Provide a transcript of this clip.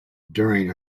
during